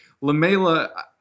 LaMela